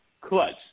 Clutch